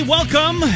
Welcome